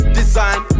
design